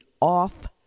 off